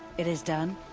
it is done?